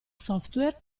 software